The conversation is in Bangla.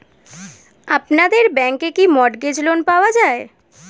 আপনাদের ব্যাংকে কি মর্টগেজ লোন পাওয়া যায়?